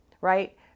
right